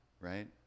right